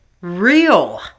real